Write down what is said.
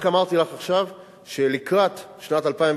רק אמרתי לך עכשיו שלקראת 2012,